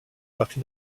parti